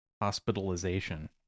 hospitalization